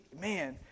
Man